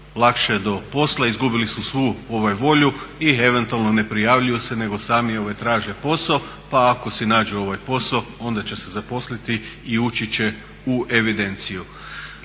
lakše do posla. Izgubili su svu volju i eventualno ne prijavljuju se nego sami traže posao pa ako si nađu posao onda će se zaposliti i ući će u evidenciju.